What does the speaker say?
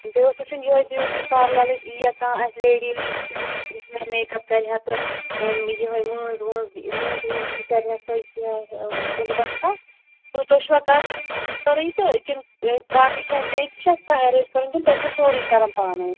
بیٚیہِ اوس وُچھُن یِہٲے بیوٹی پارللٕچ یِیَہ کانٛہہ اسہِ لیٚڈی ویٚڈی ہیٚکیہ یِتھ یُس مےٚ میٛک اپ کرِہا تہٕ یِہٲے مٲنٛز وٲنٛز مٲنٛزِ وٲنٛزِ ہُنٛد کَرِہا سٔے کیٚنٛہہ بُنٛدوبستَہ تُہۍ چھُوا کَران سورٕے تہٕ کِنہٕ باقٕے چھِ اسہِ بیٚیہِ تہِ چھِ اسہِ کانٛہہ اَرینٛج کَرُن کِنہٕ تُہۍ چھُو سورٕے کَران پانے